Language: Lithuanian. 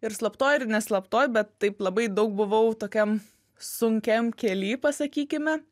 ir slaptoj ir ne slaptoj bet taip labai daug buvau tokiam sunkiam kely pasakykime